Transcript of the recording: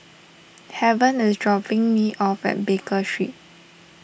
Haven is dropping me off at Baker Street